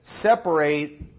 separate